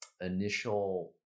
initial